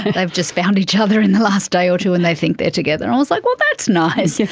they've just found each other in the last day or two and they think they are together. and i was like, well, that's nice.